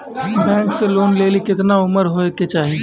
Bank से loan लेली केतना उम्र होय केचाही?